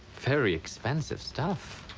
very expensive stuff.